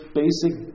basic